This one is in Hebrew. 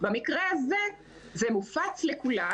במקרה הזה זה מופץ לכולם,